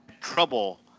trouble